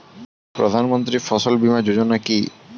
প্রধানমন্ত্রী ফসল বীমা যোজনা কি?